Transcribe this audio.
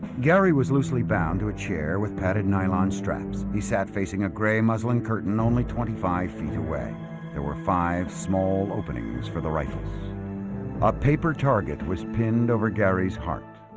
gary was loosely bound to a chair with padded nylon straps he sat facing a grey muslin curtain only twenty five feet away there were five small openings for the rifles a paper target was pinned over gary's heart